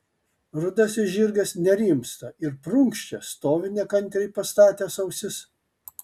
rudasis žirgas nerimsta ir prunkščia stovi nekantriai pastatęs ausis